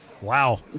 Wow